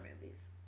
movies